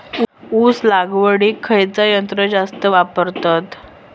ऊस लावडीक खयचा यंत्र जास्त वापरतत?